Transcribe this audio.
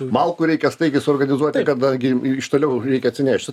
malkų reikia staigiai suorganizuoti kadangi iš toliau reikia atsinešti